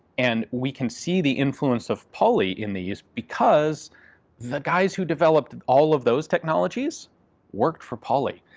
and we can see the influence of pauly in these because the guys who developed all of those technologies worked for pauly.